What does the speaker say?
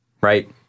right